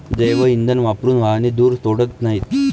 जैवइंधन वापरून वाहने धूर सोडत नाहीत